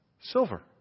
Silver